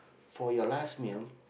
for your last meal